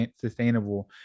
sustainable